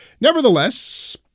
Nevertheless